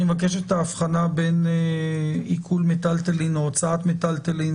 אני מבקש את ההבחנה בין עיקול מיטלטלין או הוצאת מיטלטלין